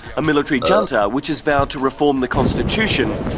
a military junta which has vowed to reform the constitution,